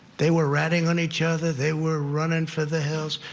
they were ratting on each other, they were running for the hills.